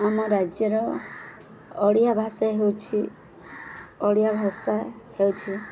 ଆମ ରାଜ୍ୟର ଓଡ଼ିଆ ଭାଷା ହେଉଛି ଓଡ଼ିଆ ଭାଷା ହେଉଛି